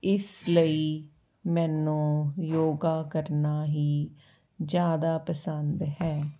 ਇਸ ਲਈ ਮੈਨੂੰ ਯੋਗਾ ਕਰਨਾ ਹੀ ਜ਼ਿਆਦਾ ਪਸੰਦ ਹੈ